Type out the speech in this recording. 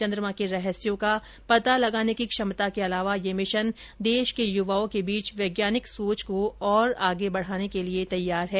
चंद्रमा के रहस्यों का पता लगाने की क्षमता के अलावा यह मिशन देश के युवाओं के बीच वैज्ञानिक सोच को और आगे बढ़ाने के लिए तैयार है